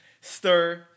Stir